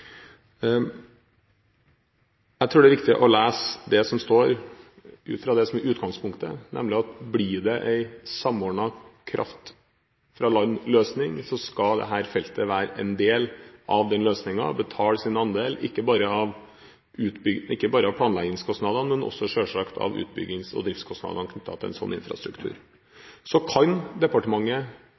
Jeg tror det er viktig å lese det som står, ut fra det som er utgangspunktet, nemlig at blir det en samordnet kraft-fra-land-løsning, skal dette feltet være en del av den løsningen og betale sin andel, ikke bare av planleggingskostnadene, men selvsagt også av utbyggings- og driftskostnadene knyttet til en sånn infrastruktur. Så kan departementet